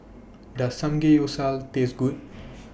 Does Samgeyopsal Taste Good